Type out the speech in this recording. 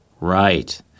Right